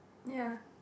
ya